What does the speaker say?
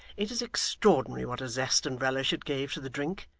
it is extraordinary what a zest and relish it gave to the drink,